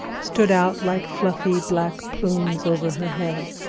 stood out like fluffy black plumes over her head.